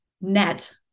net